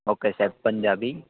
okay સાહેબ પંજાબી